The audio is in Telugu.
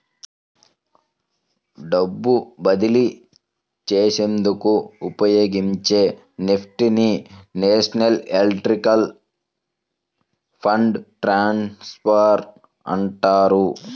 డబ్బు బదిలీ చేసేందుకు ఉపయోగించే నెఫ్ట్ ని నేషనల్ ఎలక్ట్రానిక్ ఫండ్ ట్రాన్స్ఫర్ అంటారు